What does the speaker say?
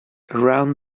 around